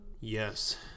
Yes